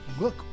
look